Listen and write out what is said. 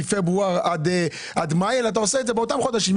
מפברואר עד מאי אלא אתה עושה את זה באותם חודשים,